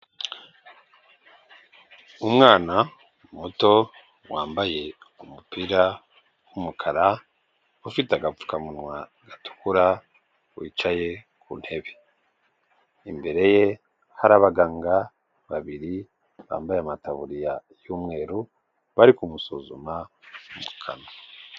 Umwana muto wambaye umupira w'umukara, ufite agapfukamunwa gatukura, wicaye ku ntebe. Imbere ye hari abaganga babiri bambaye amataburiya y'umweru, bari kumusuzuma mu kanwa.